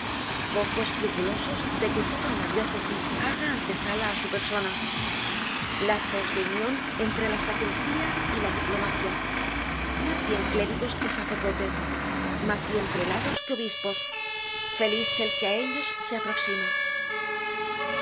poco escrupulosos de que toda una diócesi haga antesala á su persona lazos de union entre la sacristía y la diplomacia mas bien clérigos que sacerdotes mas bien prelados que obispos feliz el que á ellos se aproxima